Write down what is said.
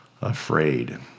afraid